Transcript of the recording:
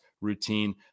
routine